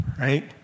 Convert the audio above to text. right